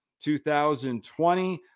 2020